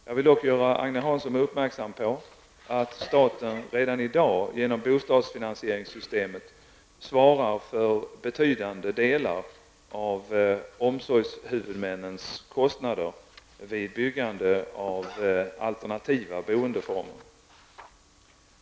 Jag vill dock göra Agne Hansson uppmärksam på att staten redan i dag, genom bostadsfinansieringssystemet, svarar för betydande delar av omsorgshuvudmännens kostnader vid byggandet av alternativa boendeformer.